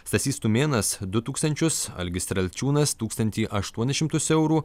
stasys tumėnas du tūkstančius algis strelčiūnas tūkstantį aštuonis šimtus eurų